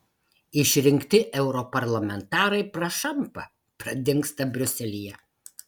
išrinkti europarlamentarai prašampa pradingsta briuselyje